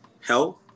Health